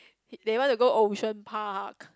they want to go Ocean Park